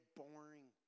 boring